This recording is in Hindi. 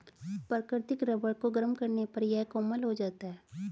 प्राकृतिक रबर को गरम करने पर यह कोमल हो जाता है